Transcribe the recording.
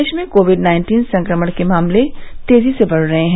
प्रदेश में COVID nineteen संक्रमण के मामले तेजी से बढ़ रहे हैं